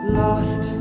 lost